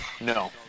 No